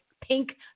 pink